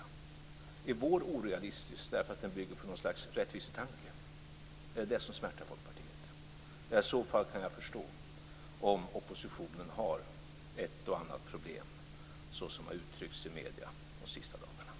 Är vår uppfattning orealistisk därför att den bygger på något slags rättvisetanke? Är det vad som smärtar Folkpartiet? I så fall kan jag förstå om oppositionen har ett och annat problem, såsom har uttryckts i medierna de senaste dagarna.